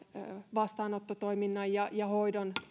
vastaanottotoiminnan ja ja hoidon